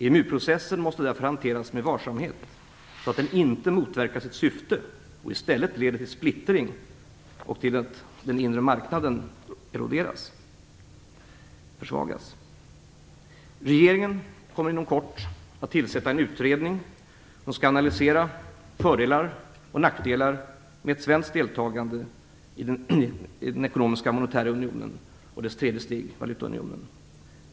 EMU-processen måste därför hanteras med varsamhet, så att den inte motverkar sitt syfte och i stället leder till splittring och till att den inre marknaden eroderar. Regeringen kommer inom kort att tillsätta en utredning som skall analysera fördelar och nackdelar med ett svenskt deltagande i den ekonomiska och monetära unionen och dess tredje steg, valutaunionen.